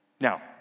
Now